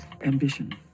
Ambition